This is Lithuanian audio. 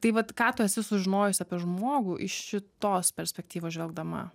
tai vat ką tu esi sužinojusi apie žmogų iš tos perspektyvos žvelgdama